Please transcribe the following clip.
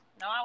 No